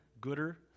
gooder